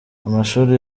amashuri